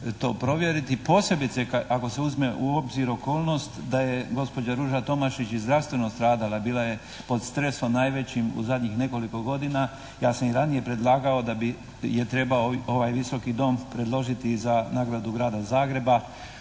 Kirina to provjeriti. I posebice ako se uzme u obzir okolnost da je gospođa Ruža Tomašić i zdravstveno stradala, bila je pod stresom najvećim u zadnjih nekoliko godina. Ja sam i ranije predlagao da bi je trebao ovaj Visoki dom predložiti za nagradu Grada Zagreba